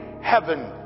heaven